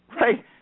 Right